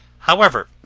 however,